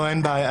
אין בעיה,